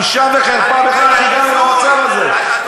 בושה וחרפה שבכלל הגענו למצב הזה.